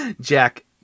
Jack